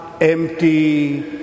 empty